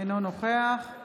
אינו משתתף בהצבעה.